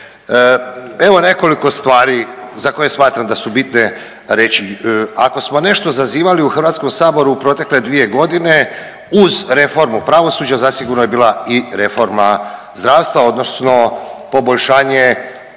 Evo nekoliko stvari za koje smatram da su bitne reći. Ako smo nešto zazivali u HS u protekle 2.g. uz reformu pravosuđa zasigurno je bila i reforma zdravstva odnosno poboljšanje